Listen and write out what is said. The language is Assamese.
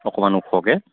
অকণমান ওখকৈ